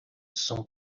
some